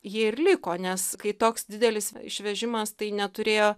jie ir liko nes kai toks didelis išvežimas tai neturėjo